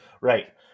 right